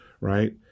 right